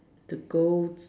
to go